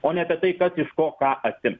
o ne apie tai kas iš ko ką atims